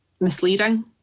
misleading